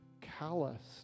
calloused